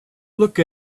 look